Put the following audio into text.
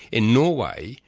in norway,